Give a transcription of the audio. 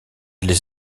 les